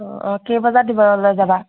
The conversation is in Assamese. অ অ কেই বজাত দিবলৈ যাবা